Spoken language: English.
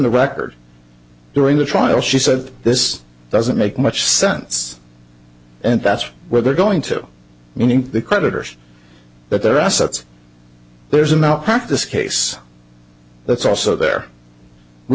the record during the trial she said this doesn't make much sense and that's where they're going to meaning the creditors that their assets there's enough practice case that's also there we